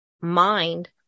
mind